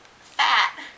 fat